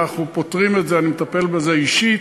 אנחנו פותרים את זה, אני מטפל בזה אישית,